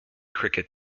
cricket